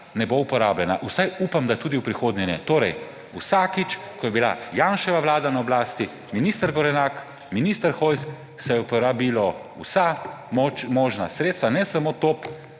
ne bo uporabljena. Vsaj upam, da tudi v prihodnje ne. Vsakič ko je bila Janševa vlada na oblasti, minister Gorenak, minister Hojs, se je uporabilo vsa možna sredstva, ne samo top,